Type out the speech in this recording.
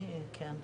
ואני לא מזלזל.